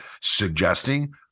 suggesting –